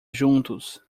juntos